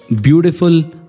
beautiful